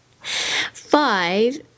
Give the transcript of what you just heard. five